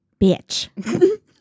bitch